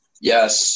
Yes